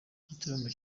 igitaramo